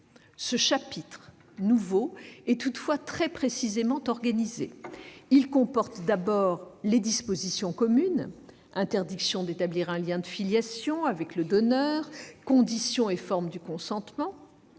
Ce chapitre nouveau est toutefois très précisément organisé. Il comporte d'abord les dispositions communes- interdiction d'établir un lien de filiation avec le donneur, condition et forme du consentement